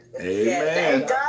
Amen